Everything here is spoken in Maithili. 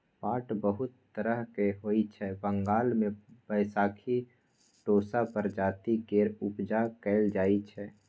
पाट बहुत तरहक होइ छै बंगाल मे बैशाखी टोसा प्रजाति केर उपजा कएल जाइ छै